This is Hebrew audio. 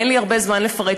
ואין לי הרבה זמן לפרט,